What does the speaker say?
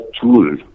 tool